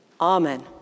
amen